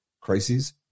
Crises